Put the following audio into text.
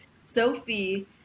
Sophie –